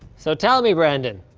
so tell me, brandon,